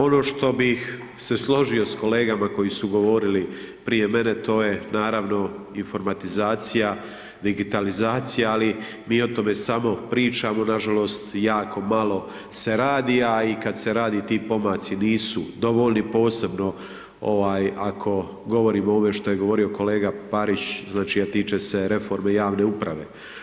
Ono što bih se složio s kolegama koji su govorili prije mene, to je naravno informatizacija, digitalizacija, ali mi o tome samo pričamo, nažalost, jako malo se radi, a i kada se radi ti pomaci nisu dovoljni, posebno ako govorimo o onome što je govorio kolega Parić, a tiče se reforme javne uprave.